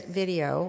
video